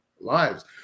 lives